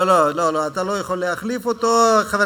לא, לא, אתה לא יכול להחליף אותו.